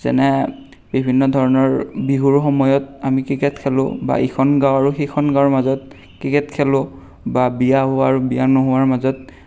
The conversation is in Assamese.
যেনে বিভিন্ন ধৰণৰ বিহুৰ সময়ত আমি ক্ৰিকেট খেলোঁ বা ইখন গাঁও আৰু সিখন গাঁৱৰ মাজত ক্ৰিকেট খেলোঁ বা বিয়া হোৱা আৰু বিয়া নোহোৱাৰ মাজত